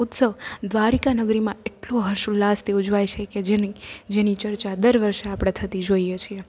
ઉત્સવ દ્વારિકા નગરીમાં એટલો હર્ષોલ્લાસથી ઉજવાય છે કે જેની જેની ચર્ચા દર વર્ષે આપણે થતી જોઈએ છીએ